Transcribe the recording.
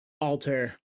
alter